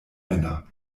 männer